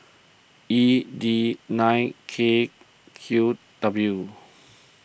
E D nine K Q W